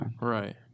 Right